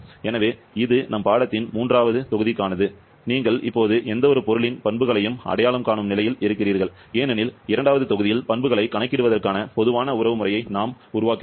எனவே இது எங்கள் பாடத்தின் மூன்றாவது தொகுதிக்கானது நீங்கள் இப்போது எந்தவொரு பொருளின் பண்புகளையும் அடையாளம் காணும் நிலையில் இருக்கிறீர்கள் ஏனெனில் இரண்டாவது தொகுதியில் பண்புகளை கணக்கிடுவதற்கான பொதுவான உறவை நாம் உருவாக்குகிறோம்